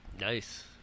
Nice